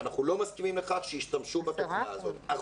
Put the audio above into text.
ואנחנו לא מסכימים לכך שישתמשו בתוכנה הזאת,